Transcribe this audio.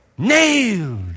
Nailed